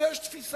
לנו יש תפיסה,